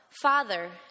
Father